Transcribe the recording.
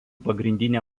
pagrindinė